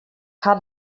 haw